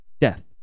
death